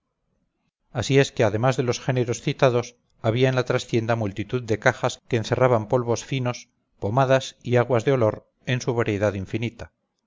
así es que además de los géneros citados había en la trastienda multitud de cajas que encerraban polvos finos pomadas y aguas de olor en su variedad infinita